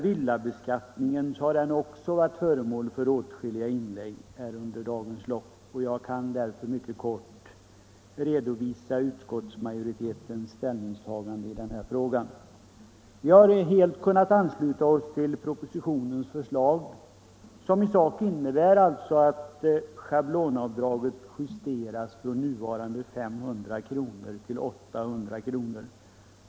Villabeskattningen har också varit föremål för åtskilliga inlägg under dagens lopp, och jag kan för den skull mycket kort redovisa utskottsmajoritetens ställningstagande i den frågan. Vi har helt kunnat ansluta oss till propositionens förslag, som i sak innebär att schablonavdraget justeras från nuvarande 500 kr. till 800 kr.